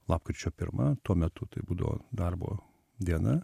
lapkričio pirma tuo metu tai būdavo darbo diena